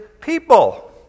people